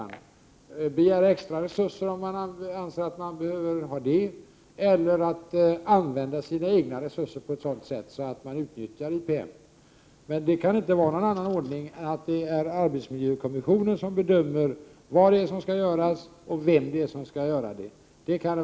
Man kan begära extra resurser om det anses nödvändigt, eller man kan använda sina egna resurser på ett sådant sätt att man kan utnyttja IPM:s tjänster. Vi kan inte ha någon annan ordning än att det är arbetsmiljökommissionen som bedömer vad som skall göras och vem som skall göra det.